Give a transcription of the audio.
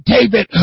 David